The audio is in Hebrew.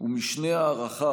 ומשנה הערכה,